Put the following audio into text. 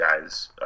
guys